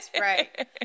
Right